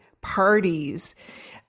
parties